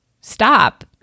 stop